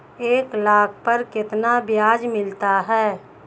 एक लाख पर कितना ब्याज मिलता है?